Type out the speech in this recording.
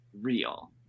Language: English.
real